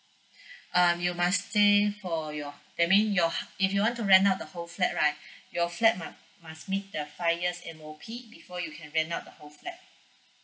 um you must stay for your that mean your h~ if you want to rent out the whole flat right your flat mus~ must meet the five years M_O_P before you can rent out the whole flat